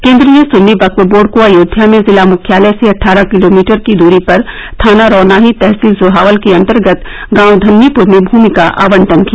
केंद्र ने सुन्नी वक्फ बोर्ड को अयोध्या में जिला मुख्यालय से अठारह किलोमीटर की दूरी पर थाना रौनाही तहसील सोहावल के अंतर्गत गांव धन्नीप्र में भूमि का आवंटन किया